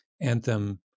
Anthem